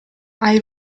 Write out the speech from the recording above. hai